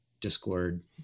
discord